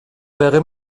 wäre